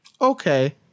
Okay